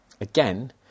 again